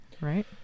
Right